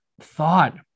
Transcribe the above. thought